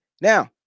Now